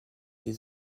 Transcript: des